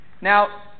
Now